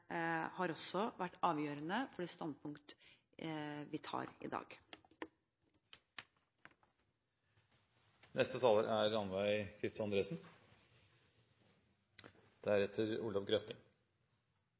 har også vært avgjørende for det standpunktet vi tar i